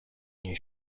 nie